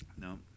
No